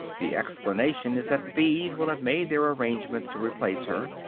the explanation is that the bees will have made their arrangements to replace her,